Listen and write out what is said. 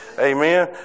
amen